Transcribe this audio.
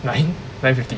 nine nine fifty